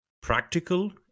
practical